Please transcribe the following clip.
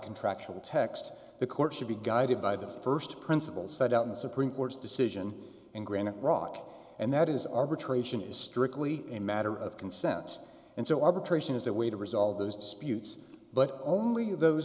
contractual text the court should be guided by the first principles set out in the supreme court's decision in granite rock and that is arbitration is strictly a matter of consent and so arbitration is the way to resolve those disputes but only those